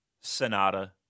Sonata